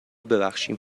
ببخشیم